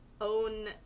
own